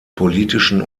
politischen